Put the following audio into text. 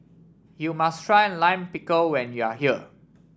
you must try Lime Pickle when you are here